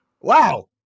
Wow